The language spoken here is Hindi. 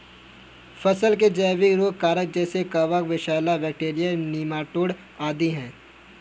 फसल के जैविक रोग कारक जैसे कवक, शैवाल, बैक्टीरिया, नीमाटोड आदि है